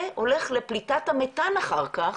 וזה הולך לפליטת המיתן אחר כך,